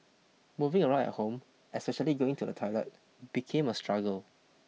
moving around at home especially going to the toilet became a struggle